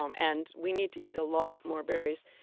um and we need to eat a lot more berries.